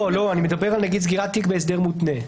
אני מדבר נגיד על סגירת תיק בהסדר מותנה.